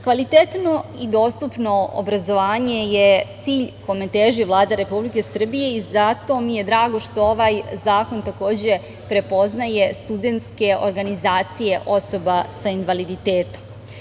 Kvalitetno i dostupno obrazovanje je cilj kome teži Vlada Republike Srbije i zato mi je drago što ovaj zakon, takođe prepoznaje studentske organizacije osoba sa invaliditetom.